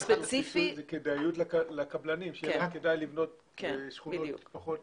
זאת כדאיות לקבלנים, שכדאי לבנות בשכונות פחות